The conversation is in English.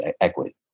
equity